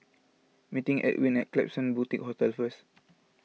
meeting Edwin at Klapsons Boutique Hotel first